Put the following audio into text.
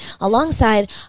alongside